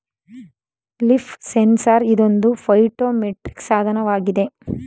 leaf sensor ಇದೊಂದು phytometric ಸಾಧನವಾಗಿದೆ